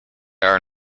are